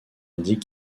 indique